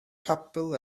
capel